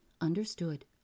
understood